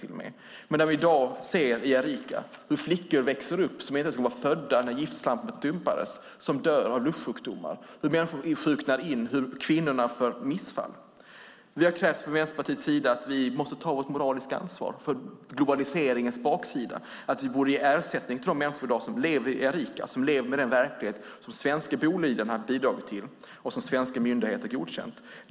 I dag ser vi i Arica hur flickor som inte ens var födda när giftslammet dumpades växer upp och dör av luftsjukdomar. Vi ser hur människor sjuknar in och hur kvinnor har fått missfall. Från Vänsterpartiets sida har vi krävt att vi ska ta vårt moraliska ansvar för globaliseringens baksida och ge ersättning till de människor som i dag lever i Arica i den verklighet som svenska Boliden har bidragit till och som svenska myndigheter har godkänt.